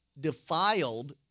defiled